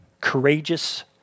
courageous